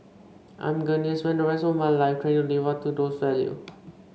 I'm going to spend the rest of my life trying to live up to those values